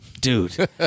Dude